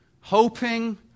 Hoping